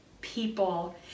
people